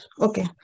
Okay